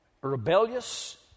rebellious